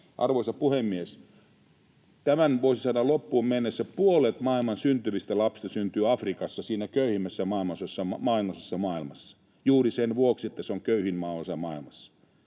Arvoisa puhemies! Tämän vuosisadan loppuun mennessä puolet maailman syntyvistä lapsista syntyy Afrikassa, siinä köyhimmässä maanosassa maailmassa, juuri sen vuoksi, että se on köyhin maanosa maailmassa.